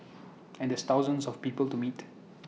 and there's thousands of people to meet